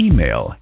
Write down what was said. Email